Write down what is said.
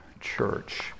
church